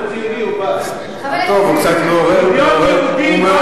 מיליון יהודים באו, מי גירש אותם, הערבים או